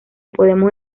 podemos